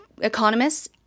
economists